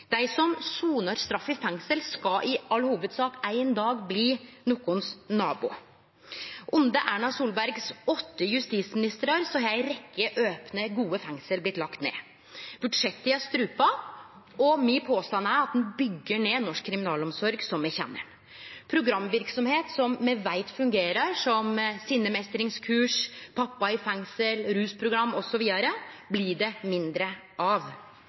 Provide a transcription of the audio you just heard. Dei som sonar straff i fengsel, skal – i all hovudsak – ein dag bli naboen vår. Under Erna Solbergs åtte justisministrar har ei rekkje opne gode fengsel blitt lagde ned. Budsjetta er strupa, og påstanden min er at ein byggjer ned norsk kriminalomsorg, som me kjenner den. Programverksemd som me veit fungerer, som sinnemestringskurs, «Pappa i fengsel», rusprogram osv., blir det mindre av.